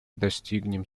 достигнем